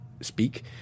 speak